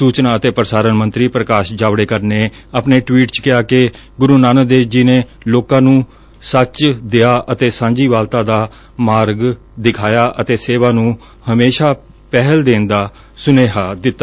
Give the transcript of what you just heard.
ਸੁਚਨਾ ਅਤੇ ਪੁਸਾਰਣ ਮੰਤਰੀ ਪੁਕਾਸ਼ ਜਾਵਤੇਕਰ ਨੇ ਆਪਣੇ ਟਵੀਟ ਚ ਕਿਹਾ ਕਿ ਗੁਰੁ ਨਾਨਕ ਦੇਵ ਜੀ ਨੇ ਲੋਕਾਂ ਨੂੰ ਸੱਚ ਦਯਾ ਅਤੇ ਸਾਂਝੀਵਾਲਤਾ ਦਾ ਮਾਰਗ ਦਿਖਾਇਆ ਅਤੇ ਸੇਵਾ ਨੂੰ ਹਮੇਸ਼ਾ ਪਹਿਲ ਦੇਣ ਦਾ ਸੁਨੇਹਾ ਦਿੱਤਾ